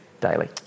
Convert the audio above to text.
Daily